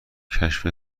کشف